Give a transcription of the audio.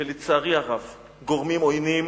ולצערי הרב גורמים עוינים